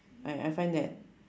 I I find that